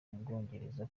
bwongereza